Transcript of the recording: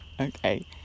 okay